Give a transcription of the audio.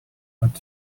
but